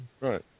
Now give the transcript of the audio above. right